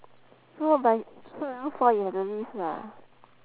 so by so around four you have to leave lah